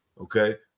Okay